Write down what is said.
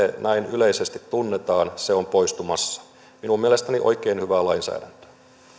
näin yleisesti tunnemme on poistumassa minun mielestäni tämä on oikein hyvää lainsäädäntöä